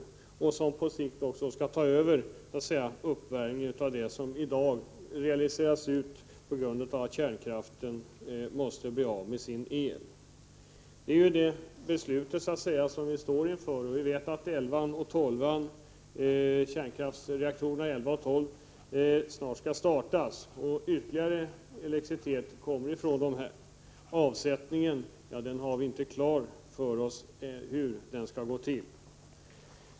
Den andra orsaken är att detta energislag på sikt borde kunna ersätta den energi för uppvärmning som i dag realiseras på grund av att kärnkraftverken måste bli av med sin el. Vi vet att kärnkraftsreaktorerna 11 och 12 snart skall startas. Det beslutet står vi inför. Från dessa reaktorer kommer alltså ytterligare elektricitet, men vi har inte klart för oss hur avsättningen skall gå till.